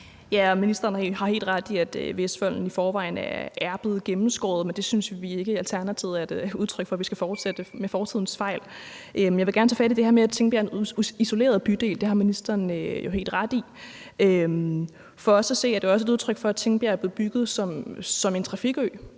har helt ret i, at Vestvolden i forvejen er blevet gennemskåret, men i Alternativet synes vi ikke, at det er et udtryk for, at man skal fortsætte med at lave fortidens fejl. Jeg vil gerne tage fat i det her med, at Tingbjerg er en isoleret bydel. Det har ministeren jo helt ret i. For os at se er det også et udtryk for, at Tingbjerg er bebygget som en trafikø.